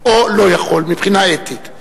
מבחינה אתית,